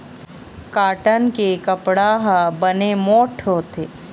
cotton के कपड़ा ह बने मोठ्ठ होथे